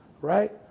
right